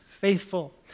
Faithful